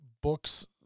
books